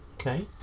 Okay